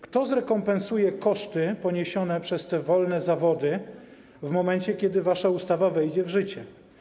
Kto zrekompensuje koszty poniesione przez te wolne zawody w momencie, kiedy wasza ustawa wejdzie w życie?